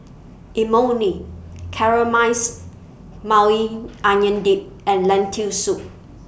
Imoni Caramized Maui Onion Dip and Lentil Soup